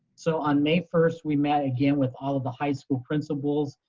so on may first, we met again with all the high school principals,